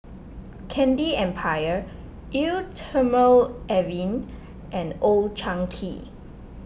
Candy Empire Eau thermale Avene and Old Chang Kee